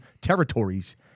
territories